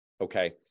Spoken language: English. okay